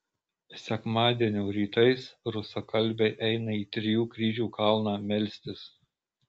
sekmadienio rytais rusakalbiai eina į trijų kryžių kalną melstis